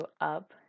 up